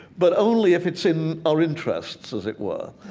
but only if it's in our interests, as it were.